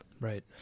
Right